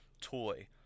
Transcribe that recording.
toy